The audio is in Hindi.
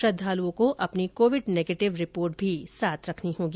श्रद्धालुओं को अपनी कोविड नेगेटिव रिपोर्ट भी साथ रखनी होगी